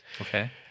Okay